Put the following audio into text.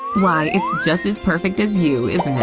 why, it's just as perfect as you,